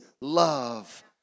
love